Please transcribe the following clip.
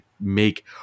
make